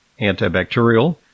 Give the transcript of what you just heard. antibacterial